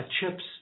chips